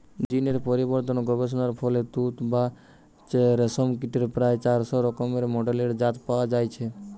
জীন এর পরিবর্তন গবেষণার ফলে তুত বা রেশম কীটের প্রায় চারশ রকমের মেডেলের জাত পয়া যাইছে